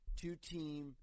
two-team